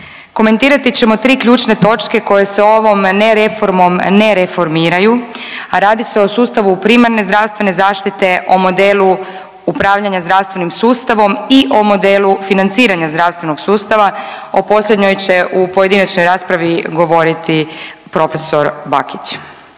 Komentirat ćemo tri ključne točke koje se ovom nereformom ne reformiraju, a radi se o sustavu primarne zdravstvene zaštite, o modelu upravljanja zdravstvenim sustavom i o modelu financiranja zdravstvenog sustava. O posljednjoj će u pojedinačnoj raspravi govoriti profesor Bakić.